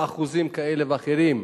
באחוזים כאלה ואחרים,